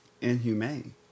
Inhumane